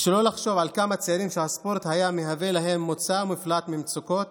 ולחשוב לכמה צעירים הספורט היה מהווה מוצא ומפלט ממצוקות